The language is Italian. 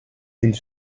degli